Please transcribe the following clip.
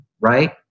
right